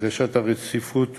בקשת הרציפות,